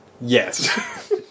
Yes